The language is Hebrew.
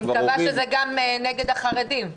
אני מקווה שזה גם השנאה נגד החרדים.